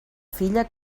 filla